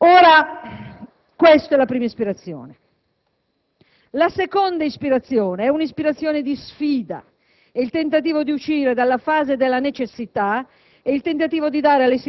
sono particolari perché sono molto discrezionali per assicurare la piena effettività degli interventi su *input* del commissario.